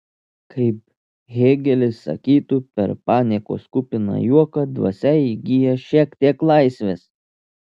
kaip hėgelis sakytų per paniekos kupiną juoką dvasia įgyja šiek tiek laisvės